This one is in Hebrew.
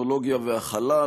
הטכנולוגיה והחלל.